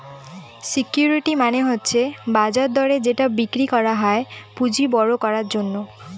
security মানে হচ্ছে বাজার দরে যেটা বিক্রি করা যায় পুঁজি বড়ো করার জন্য